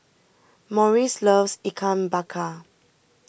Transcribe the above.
Maurice loves Ikan Bakar